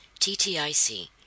TTIC